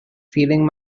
feeling